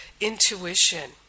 Intuition